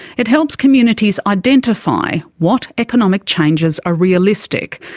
it helps communities identify what economic changes are realistic,